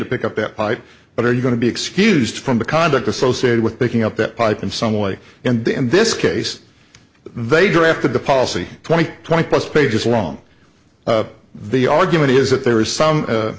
to pick up that bite but are you going to be excused from the conduct associated with picking up that pipe in some way and in this case they drafted the policy twenty twenty plus pages long the argument is that there is some